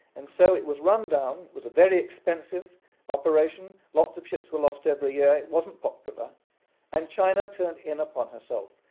and so it was run down. it was a very expensive operation, lots of ships were lost every year, it wasn't popular and china turned in upon herself.